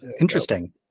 interesting